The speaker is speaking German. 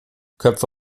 köpfe